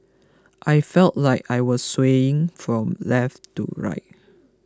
I felt like I was swaying from left to right